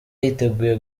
yiteguye